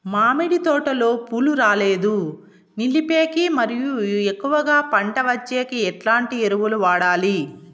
మామిడి తోటలో పూలు రాలేదు నిలిపేకి మరియు ఎక్కువగా పంట వచ్చేకి ఎట్లాంటి ఎరువులు వాడాలి?